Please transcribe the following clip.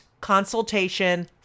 consultation